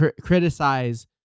criticize